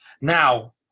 Now